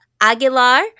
Aguilar